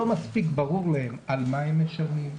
לא מספיק ברור להם על מה הם משלמים,